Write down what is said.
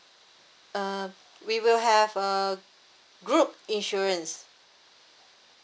uh we will have a group insurance